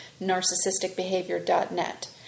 NarcissisticBehavior.net